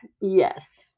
Yes